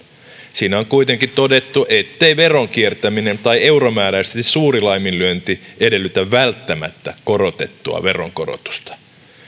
siinä on kuitenkin todettu ettei veron kiertäminen tai euromääräisesti suuri laiminlyönti edellytä välttämättä korotettua veronkorotusta